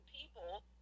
people